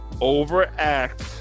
Overact